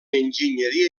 enginyeria